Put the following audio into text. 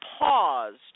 paused